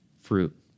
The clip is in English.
fruit